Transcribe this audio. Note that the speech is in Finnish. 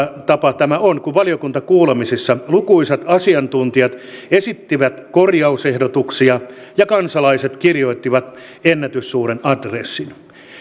tapa tämä on kun valiokuntakuulemisissa lukuisat asiantuntijat esittivät korjausehdotuksia ja kansalaiset kirjoittivat ennätyssuuren adressin